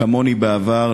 כמוני בעבר,